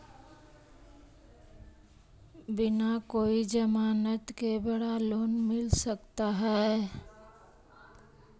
बिना कोई जमानत के बड़ा लोन मिल सकता है?